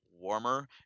warmer